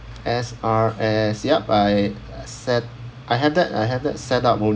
S_R_S yup I set I had that I had that set up on~